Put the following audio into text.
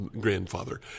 grandfather